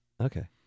Okay